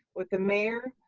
with the mayor,